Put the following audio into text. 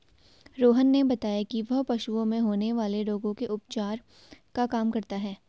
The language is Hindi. रोहन ने बताया कि वह पशुओं में होने वाले रोगों के उपचार का काम करता है